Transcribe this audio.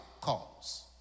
cause